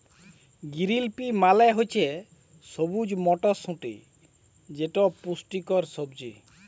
গিরিল পি মালে হছে সবুজ মটরশুঁটি যেট পুষ্টিকর সবজি